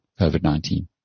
COVID-19